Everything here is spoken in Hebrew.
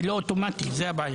זה לא אוטומטי, זאת הבעיה.